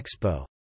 Expo